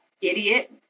idiot